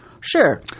Sure